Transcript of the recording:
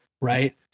Right